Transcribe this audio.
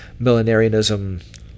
millenarianism